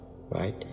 right